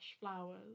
flowers